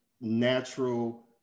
natural